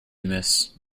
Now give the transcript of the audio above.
miss